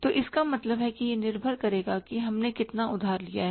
तो इसका मतलब है कि यह निर्भर करेगा कि हमने कितना उधार लिया है